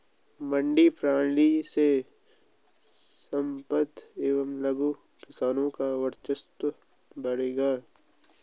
मंडी प्रणाली से सीमांत एवं लघु किसानों का वर्चस्व बढ़ेगा